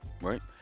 right